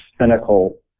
cynical